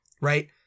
right